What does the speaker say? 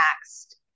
next